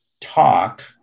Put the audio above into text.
talk